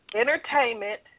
entertainment